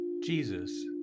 Jesus